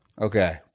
Okay